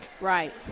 Right